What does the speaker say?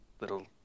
Little